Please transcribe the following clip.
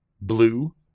Blue